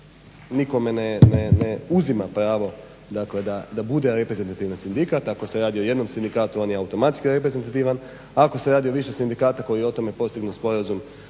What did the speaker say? nikome ne uzima pravo da bude reprezentativan sindikat. Ako se radi o jednom sindikatu on je automatski reprezentativan, a ako se radi o više sindikata koji o tome postignu sporazum